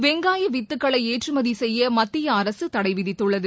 வெங்காய வித்துக்களை ஏற்றுமதி செய்ய மத்திய அரசு தடை விதித்துள்ளது